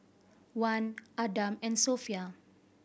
Wan Adam and Sofea